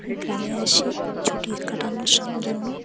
গ্রামে আসি ছুটি কাটানোর জন্য